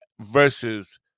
Versus